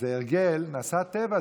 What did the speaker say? ו"הרגל נעשה טבע",